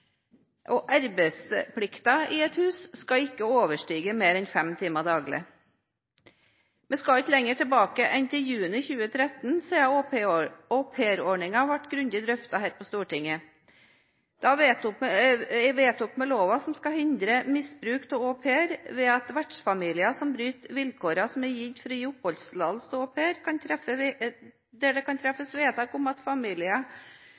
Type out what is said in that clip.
i et hus skal ikke overstige mer enn fem timer daglig. Vi skal ikke lenger tilbake enn til juni 2013 siden aupairordningen ble grundig drøftet her i Stortinget. Da vedtok vi loven som skal hindre misbruk av au pair, og at dersom vertsfamilien bryter vilkårene som er gitt for å gi oppholdstillatelse til au pair, kan